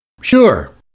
Sure